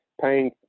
paying